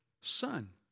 Son